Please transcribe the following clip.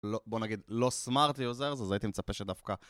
לא... בוא נגיד... לא סמארטי עוזר זה, אז הייתי מצפה שדווקא...